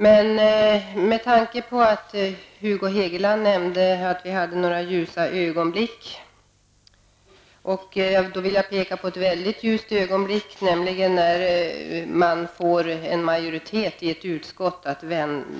Med tanke på att Hugo Hegeland nämnde att vi har några ljusa ögonblick vill jag peka på ett mycket ljust ögonblick, nämligen när man får en majoritet i ett utskott att